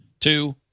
two